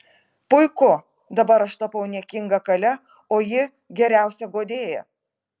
puiku dabar aš tapau niekinga kale o ji geriausia guodėja